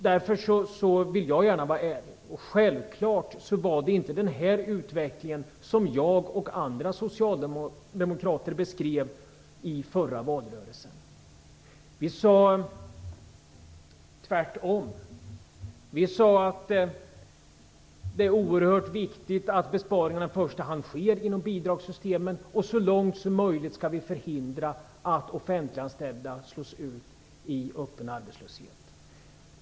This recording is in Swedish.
Därför vill jag gärna vara ärlig. Självfallet var det inte den här utvecklingen som jag och andra socialdemokrater beskrev i den förra valrörelsen. Vi sade tvärtom, vi sade att det är oerhört viktigt att besparingarna i första hand sker inom bidragssystemen och att vi så långt som möjligt skall förhindra att offentliganställda slås ut i öppen arbetslöshet.